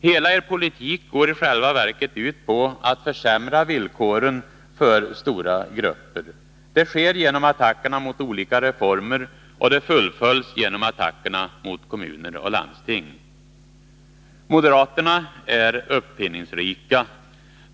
Hela er politik går i själva verket ut på att försämra villkoren för stora grupper. Det sker genom attackerna mot olika reformer, och det fullföljs genom attackerna mot kommuner och landsting. Moderaterna är uppfinningsrika.